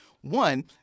One